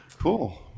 Cool